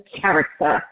character